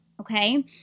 okay